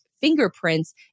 fingerprints